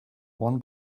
one